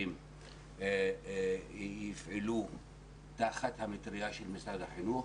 ערבים יפעלו תחת המטרייה של משרד החינוך,